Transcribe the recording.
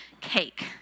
Cake